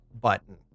button